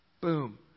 Boom